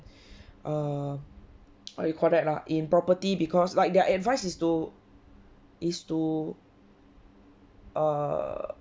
err what you call that ah in property because like their advice is to is to err